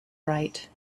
right